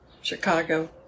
Chicago